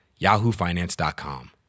yahoofinance.com